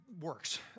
works